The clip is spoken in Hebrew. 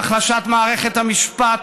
בהחלשת מערכת המשפט,